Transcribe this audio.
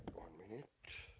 one minute.